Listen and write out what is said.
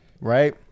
right